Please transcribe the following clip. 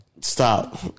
Stop